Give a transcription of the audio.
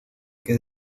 que